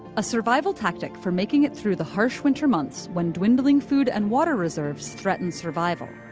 a survival tactic for making it through the harsh winter months when dwindling food and water reserves threaten survival.